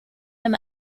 him